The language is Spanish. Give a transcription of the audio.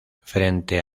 frente